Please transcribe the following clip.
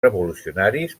revolucionaris